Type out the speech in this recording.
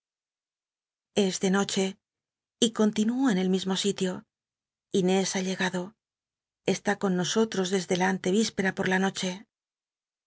es de noche y continúo en el mismo sitio inés ha llegado está con nosotros desde la ante víspera por la noche